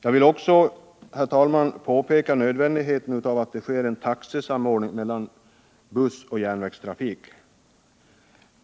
Jag vill också peka på nödvändigheten att en taxesamordning sker mellan bussoch järnvägstrafik.